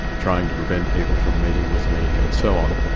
trying to prevent people from meeting with me and so on.